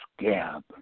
scab